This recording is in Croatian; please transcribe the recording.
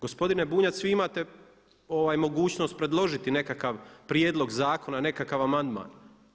Gospodine Bunjac vi imate mogućnost predložiti nekakav prijedlog zakona, nekakav amandman.